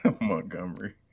Montgomery